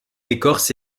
écorce